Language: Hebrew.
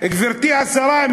גברתי השרה,